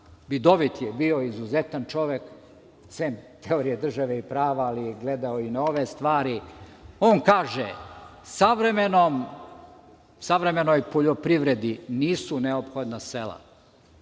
Vidovit je bio, izuzetan čovek, sem teorije države i prava, ali je gledao i na ove stvari. On kaže – savremenoj poljoprivredi nisu neophodna sela,